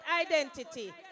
identity